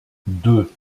deux